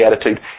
attitude